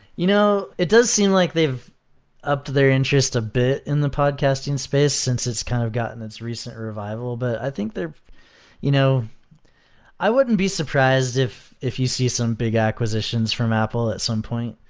you know it does seem like they've upped their interest a bit in the podcasting space since it's kind of gotten its recent revival, but i think their you know i wouldn't be surprised if if you see some big acquisitions from apple at some point,